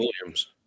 Williams